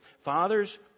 Fathers